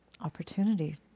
opportunity